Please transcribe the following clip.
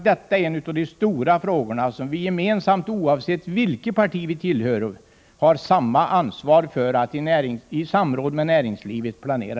Det är en av de stora frågor som vi gemensamt, oavsett vilket parti vi tillhör, har samma ansvar för att i samråd med näringslivet planera.